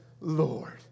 Lord